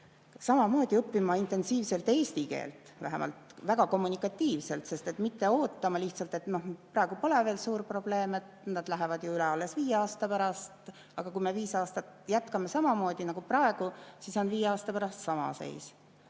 samamoodi õppima intensiivselt eesti keelt, väga kommunikatiivselt, mitte ootama lihtsalt, et praegu pole veel suur probleem, nad lähevad üle alles viie aasta pärast. Aga kui me viis aastat jätkame samamoodi nagu praegu, siis on viie aasta pärast sama seis.